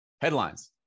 Headlines